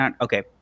Okay